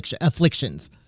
afflictions